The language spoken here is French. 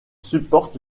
supporte